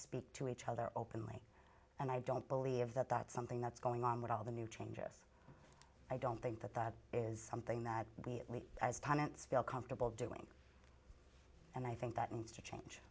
speak to each other openly and i don't believe that that's something that's going on with all the new changes i don't think that that is something that we as pundits feel comfortable doing and i think that means to change